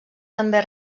també